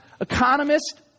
Economist